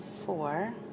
four